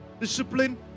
discipline